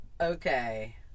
Okay